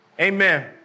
Amen